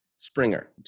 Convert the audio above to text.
Springer